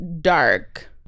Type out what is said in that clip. dark